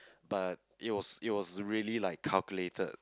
but it was it was really like calculated